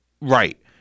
Right